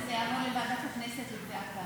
וזה יעבור לוועדת הכנסת לקביעת ועדה.